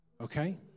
okay